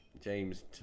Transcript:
James